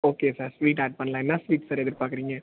okay sir sweet add பண்ணலாம் என்ன sweet sir எதிர்பார்க்குறீங்க